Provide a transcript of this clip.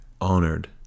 honored